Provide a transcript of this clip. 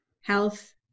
health